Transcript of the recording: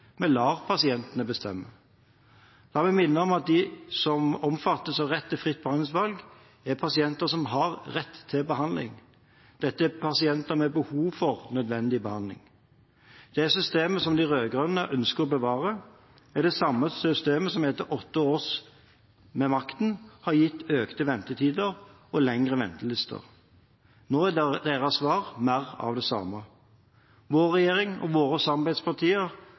lar pasienten bestemme. La meg minne om at de som omfattes av retten til fritt behandlingsvalg, er pasienter som har rett til behandling. Dette er pasienter med behov for nødvendig behandling. Det systemet som de rød-grønne ønsker å bevare, er det samme systemet som etter deres åtte år ved makten har gitt økte ventetider og lengre ventelister. Nå er deres svar: mer av det samme. Vår regjering og våre samarbeidspartier